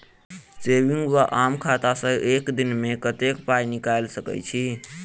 Saving वा आम खाता सँ एक दिनमे कतेक पानि निकाइल सकैत छी?